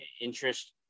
interest